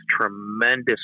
tremendous